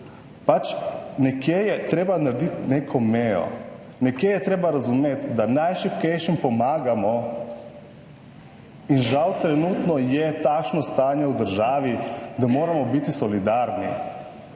nekje je treba narediti neko mejo, nekje je treba razumeti, da najšibkejšim pomagamo in žal trenutno je takšno stanje v državi, da moramo biti solidarni